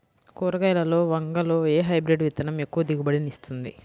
కూరగాయలలో వంగలో ఏ హైబ్రిడ్ విత్తనం ఎక్కువ దిగుబడిని ఇస్తుంది?